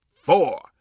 four